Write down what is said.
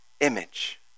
image